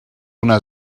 una